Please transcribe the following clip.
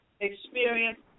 experience